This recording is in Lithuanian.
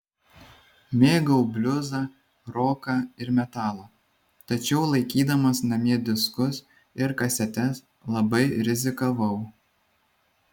mėgau bliuzą roką ir metalą tačiau laikydamas namie diskus ir kasetes labai rizikavau